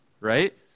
Right